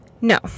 No